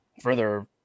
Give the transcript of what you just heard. Further